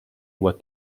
were